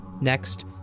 Next